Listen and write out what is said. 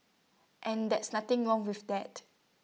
and that's nothing wrong with that